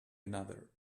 another